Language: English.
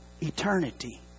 eternity